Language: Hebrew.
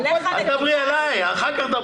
כבודם במקום מונח,